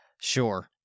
Sure